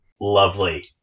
Lovely